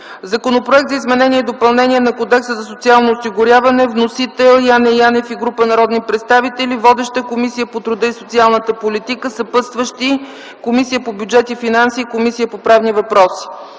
Законопроект за изменение и допълнение на Кодекса за социално осигуряване. Вносители са Яне Янев и група народни представители. Водеща е Комисията по труда и социалната политика. Съпътстващи са Комисията по бюджет и финанси и Комисията по правни въпроси.